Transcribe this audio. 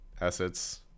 assets